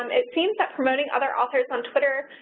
um it seems that promoting other authors on twitter,